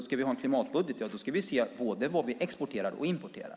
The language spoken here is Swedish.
Ska vi ha en klimatbudget ska vi se på både vad vi exporterar och vad vi importerar.